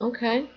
Okay